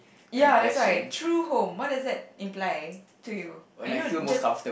ya that's why true home what does that imply to you uh you know just